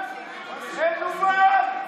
מה זה יכול להיות?